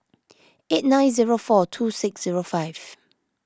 eight nine zero four two six zero five